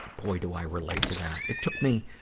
boy do i relate to that! it took me.